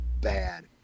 bad